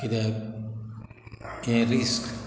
किद्याक हें रिस्क